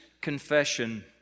confession